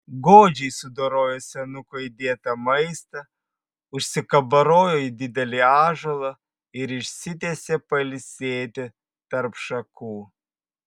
godžiai sudorojo senuko įdėtą maistą užsikabarojo į didelį ąžuolą ir išsitiesė pailsėti tarp šakų